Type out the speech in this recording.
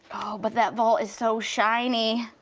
but that vault is so shiny,